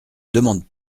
demande